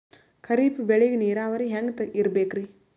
ಖರೀಫ್ ಬೇಳಿಗ ನೀರಾವರಿ ಹ್ಯಾಂಗ್ ಇರ್ಬೇಕರಿ?